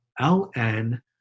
ln